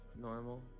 normal